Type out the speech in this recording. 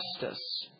justice